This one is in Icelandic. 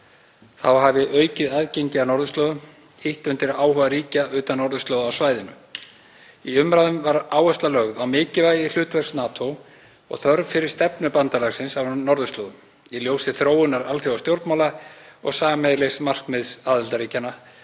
Þá hafi aukið aðgengi að norðurslóðum ýtt undir áhuga ríkja utan norðurslóða á svæðinu. Í umræðum var áhersla lögð á mikilvægi hlutverks NATO og þörf fyrir stefnu bandalagsins á norðurslóðum í ljósi þróunar alþjóðastjórnmála og sameiginlegs markmiðs aðildarríkjanna